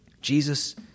Jesus